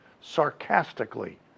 sarcastically